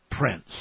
prince